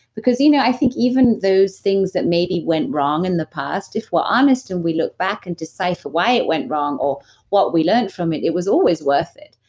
you know i think even those things that maybe went wrong in the past if we're honest and we look back and decipher why it went wrong or what we learned from it, it was always worth it.